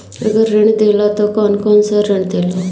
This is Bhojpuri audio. अगर ऋण देला त कौन कौन से ऋण देला?